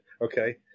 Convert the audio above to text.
okay